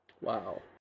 Wow